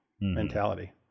mentality